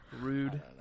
Rude